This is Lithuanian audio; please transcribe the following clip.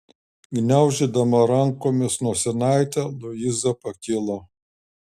gniaužydama rankomis nosinaitę luiza pakilo